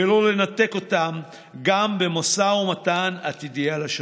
ולא ננתק אותן גם במשא ומתן עתידי על השלום.